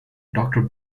doctor